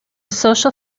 social